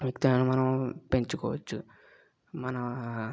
వృత్తిని మనం పెంచుకోవచ్చు మన